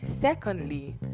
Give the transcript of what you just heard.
Secondly